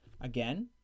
Again